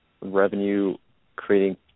revenue-creating